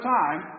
time